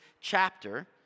chapter